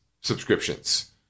subscriptions